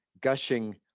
gushing